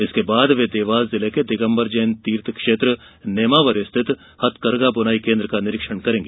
इसके बाद वे देवास जिले के दिगम्बर जैन तीर्थ क्षेत्र नेमावर स्थित हथकरघा बुनाई केन्द्र का निरीक्षण करेंगी